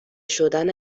شدن